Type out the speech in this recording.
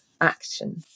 action